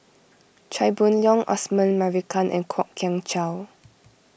Chia Boon Leong Osman Merican and Kwok Kian Chow